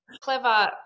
clever